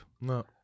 No